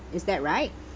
is that right